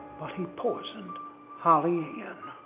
but he poisoned holy-ann.